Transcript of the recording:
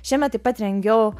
šiemet taip pat rengiau